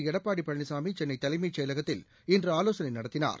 எடப்பாடி பழனிசாமி சென்னை தலைமைச் செயலகத்தில் இன்று ஆலோசனை நடத்தினார்